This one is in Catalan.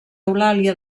eulàlia